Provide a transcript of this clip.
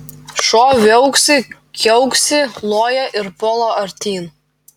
šuo viauksi kiauksi loja ir puola artyn